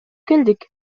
келдик